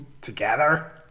together